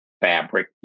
fabric